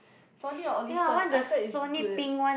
Sony or Olympus I heard is good